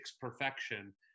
perfection